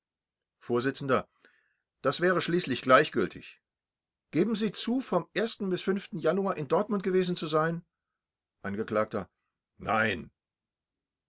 vors das wäre schließlich gleichgültig geben sie zu vom bis januar in dortmund gewesen zu sein angekl nein